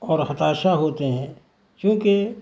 اور ہتاش ہوتے ہیں کیوںکہ